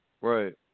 Right